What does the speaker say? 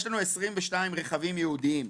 יש לנו 22 רכבים ייעודיים,